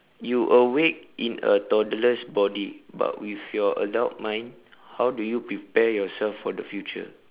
you awake in a toddler's body but with your adult mind how do you prepare yourself for the future